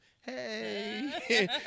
Hey